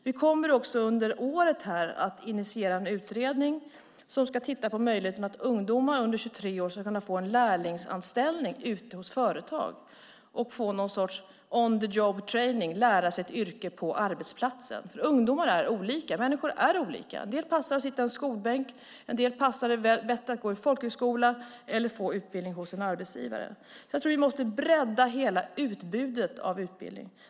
Vi kommer under året att initiera en utredning som ska titta på möjligheten för ungdomar under 23 år att få en lärlingsanställning ute på företag och få någon sorts on-the-job-training, det vill säga lära sig ett yrke på arbetsplatsen. Ungdomar är olika. Människor är olika. En del passar det att sitta i skolbänk, och en del passar det bättre att gå på folkhögskola eller att få en utbildning hos en arbetsgivare. Vi måste bredda hela utbudet av utbildning.